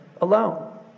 alone